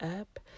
up